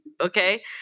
okay